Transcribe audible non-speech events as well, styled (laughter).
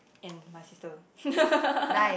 and my sister (laughs)